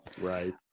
Right